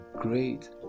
great